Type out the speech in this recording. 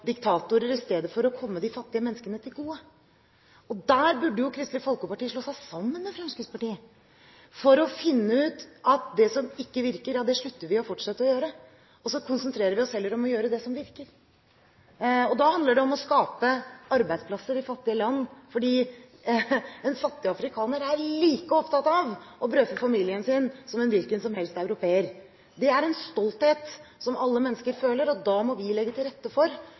diktatorer i stedet for å komme de fattige menneskene til gode. Der burde jo Kristelig Folkeparti slå seg sammen med Fremskrittspartiet, for å finne ut at det som ikke virker, slutter vi å fortsette med å gjøre, og så konsentrerer vi oss heller om å gjøre det som virker. Da handler det om å skape arbeidsplasser i fattige land, for en fattig afrikaner er like opptatt av å brødfø familien sin som en hvilken som helst europeer. Det er en stolthet som alle mennesker føler. Da må vi legge til rette for